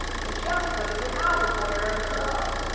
and so she asked, what did you have, a boy or a girl?